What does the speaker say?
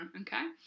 Okay